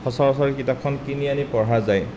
সচৰাচৰ কিতাপখন কিনি আনি পঢ়া যায়